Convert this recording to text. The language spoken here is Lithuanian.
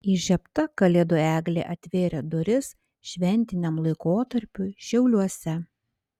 įžiebta kalėdų eglė atvėrė duris šventiniam laikotarpiui šiauliuose